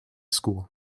school